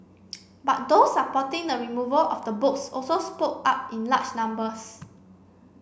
but those supporting the removal of the books also spoke up in large numbers